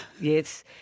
yes